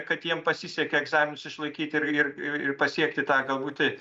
kad jiem pasisekė egzaminus išlaikyt ir ir ir ir pasiekti tą galbūt